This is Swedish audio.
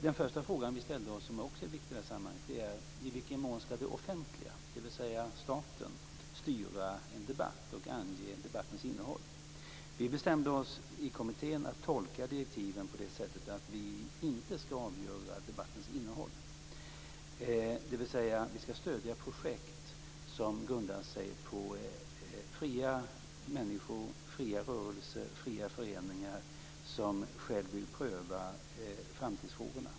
Den första fråga som vi ställde oss och som också är viktig i sammanhanget är: I vilken mån skall det offentliga, dvs. staten, styra en debatt och ange debattens innehåll? Vi bestämde oss i kommittén att tolka direktiven på det sättet att vi inte skall avgöra debattens innehåll, dvs. att vi skall stödja projekt som grundar sig på fria människor, fria rörelser, fria föreningar, som själva vill pröva framtidsfrågorna.